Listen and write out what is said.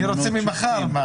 אני רוצה ממחר.